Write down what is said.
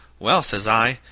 well, says i,